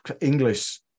English